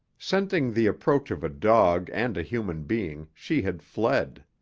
scenting the approach of a dog and a human being, she had fled.